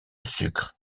sucre